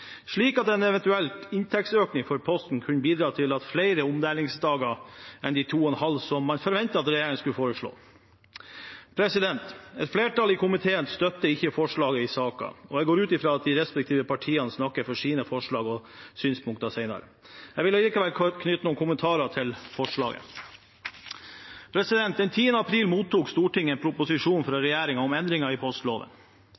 slik at en eventuell inntektsøkning for Posten kunne bidra til flere ombæringsdager enn de to og en halv dagene som man forventet at regjeringen skulle foreslå. Et flertall i komiteen støtter ikke forslaget i saken, og jeg går ut fra at de respektive partiene snakker for sine forslag og synspunkter senere. Jeg vil likevel knytte noen kommentarer til forslaget. Den 10. april mottok Stortinget en proposisjon fra